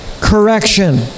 correction